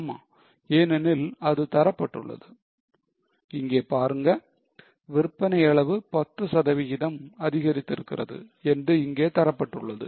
ஆமா ஏனென்றால் அது தரப்பட்டுள்ளது இங்கே பாருங்கள் விற்பனை அளவு 10 சதவிகிதம் அதிகரிக்கிறது என்று இங்கே தரப்பட்டுள்ளது